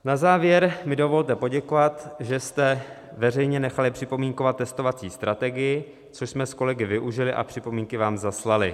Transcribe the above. Na závěr mi dovolte poděkovat, že jste veřejně nechali připomínkovat testovací strategii, což jsme s kolegy využili a připomínky vám zaslali.